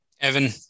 Evan